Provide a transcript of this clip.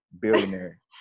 billionaire